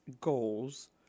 goals